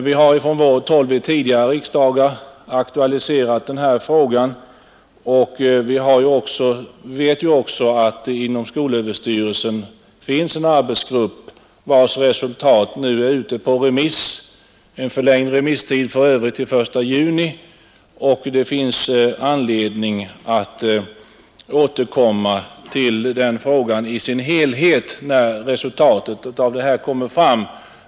Vi har ifrån vårt håll vid tidigare riksdagar aktualiserat den här frågan och vet ju också att det nu inom skolöverstyrelsen finns en arbetsgrupp vars resultat är ute på remiss, för övrigt med förlängd remisstid till den 1 juni. Det finns anledning att återkomma till den frågan i dess helhet, när resultatet av detta kommer fram.